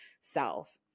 self